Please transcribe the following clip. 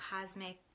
cosmic